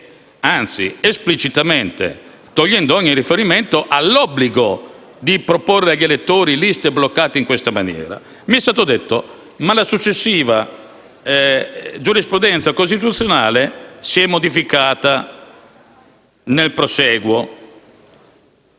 anzi esplicitamente eliminando ogni riferimento all'obbligo di proporre agli elettori liste bloccate in questa maniera. Mi è stato detto che, nel prosieguo, la giurisprudenza costituzionale si è modificata. Signor